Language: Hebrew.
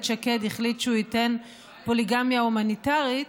שקד החליט שהוא ייתן פוליגמיה הומניטרית,